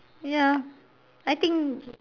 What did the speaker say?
ya I think